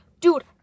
dude